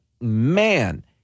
man